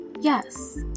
Yes